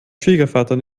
schwiegervater